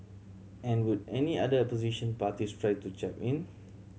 and would any other opposition parties try to chap in